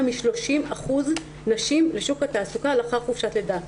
מ-30% נשים לשוק התעסוקה לאחר חופשת לידה.